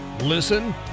Listen